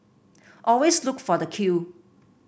always look for the queue